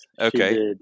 Okay